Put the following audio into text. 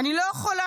אני לא יכולה.